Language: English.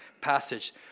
passage